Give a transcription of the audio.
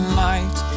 light